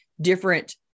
different